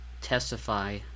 testify